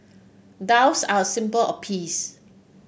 doves are a symbol of peace